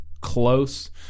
close